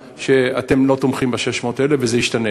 שאתם לא תומכים בעניין ה-600,000 וזה ישתנה.